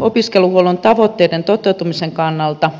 opiskeluhuollon tavoitteiden toteutumisen kannalta